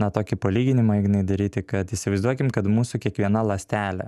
na tokį palyginimą ignai daryti kad įsivaizduokim kad mūsų kiekviena ląstelė